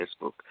Facebook